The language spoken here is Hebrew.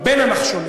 או בין הנחשונים,